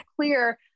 clear